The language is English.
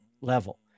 level